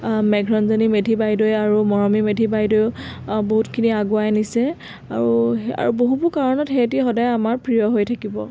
মেঘৰঞ্জনী মেধি বাইদেউয়ে আৰু মৰমী মেধি বাইদেউ বহুতখিনি আগুৱাই নিছে আৰু বহুবোৰ কাৰণত সিহঁত সদায় আমাৰ প্ৰিয় হৈ থাকিব